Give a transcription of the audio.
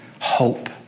hope